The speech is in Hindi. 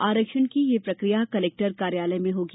आरक्षण की यह प्रक्रिया कलेक्टर कार्यालय में होगी